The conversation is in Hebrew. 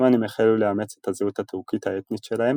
העות'מאנים החלו לאמץ את הזהות הטורקית האתנית שלהם